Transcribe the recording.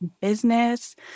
business